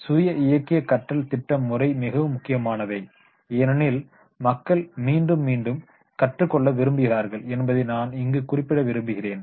self directed learning programme மிகவும் முக்கியமானவை ஏனெனில் மக்கள் மீண்டும் மீண்டும் கற்றுக் கொள்ள விரும்புகிறார்கள் என்பதை நான் இங்கு குறிப்பிட விரும்புகிறேன்